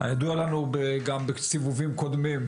הידוע לנו גם בסיבובים קודמים,